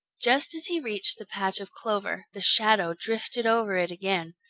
just as he reached the patch of clover, the shadow drifted over it again.